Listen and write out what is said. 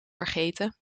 vergeten